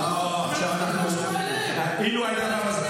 קשור אליהם,